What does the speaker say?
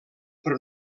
per